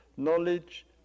Knowledge